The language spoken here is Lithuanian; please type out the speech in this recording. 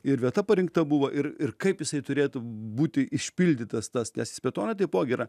ir vieta parinkta buvo ir ir kaip jisai turėtų būti išpildytas tas nes smetona taipogi yra